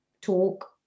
talk